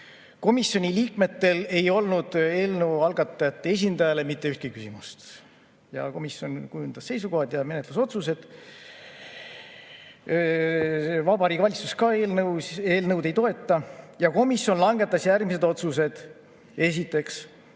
Komisjoni liikmetel ei olnud eelnõu algatajate esindajale mitte ühtegi küsimust. Komisjon kujundas seisukohad ja menetlusotsused. Vabariigi Valitsus eelnõu ei toeta ja komisjon langetas järgmised otsused. Esiteks,